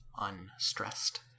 unstressed